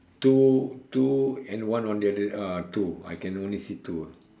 two two and one on the other uh two I can only see two ah